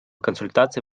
консультации